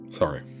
Sorry